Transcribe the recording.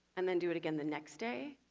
and then do it again the next day,